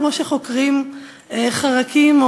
כמו שחוקרים חרקים,